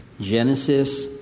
Genesis